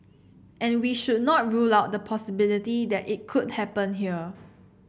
and we should not rule out the possibility that it could happen here